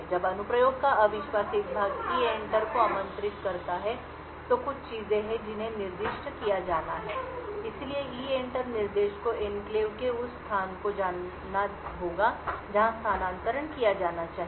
जब अनुप्रयोग का अविश्वासित भाग EENTER को आमंत्रित करता है तो कुछ चीजें हैं जिन्हें निर्दिष्ट किया जाना है इसलिए EENTER निर्देश को एन्क्लेव के उस स्थान को जानना होगा जहां स्थानांतरण किया जाना चाहिए